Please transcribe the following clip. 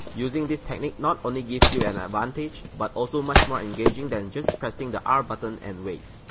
using this technique not only gives you an advantage, but also much more engaging than just pressing the r button and wait.